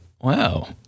wow